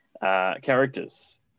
characters